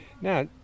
Now